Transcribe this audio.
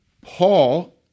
Paul